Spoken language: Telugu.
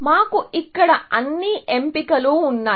మాకు ఇక్కడ అన్ని ఎంపికలు ఉన్నాయి